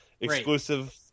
exclusive